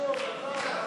יש עתיד,